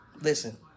listen